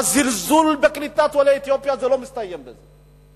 הזלזול בקליטת עולי אתיופיה לא מסתיים בזה.